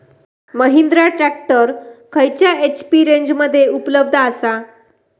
Mahindra tractor खयल्या HP रेंजमध्ये उपलब्ध आसा?